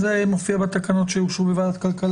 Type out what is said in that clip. סעיף 7א(א)